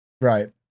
Right